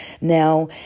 Now